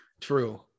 True